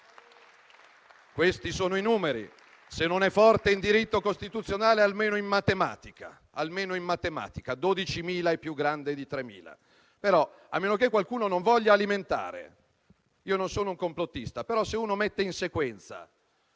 Questi sono i numeri. Se non è forte in diritto costituzionale, lo sia almeno in matematica: 12.000 è più grande di 3.000. A meno che qualcuno non voglia alimentare. Non sono un complottista, però se uno mette in sequenza